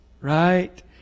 Right